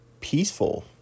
peaceful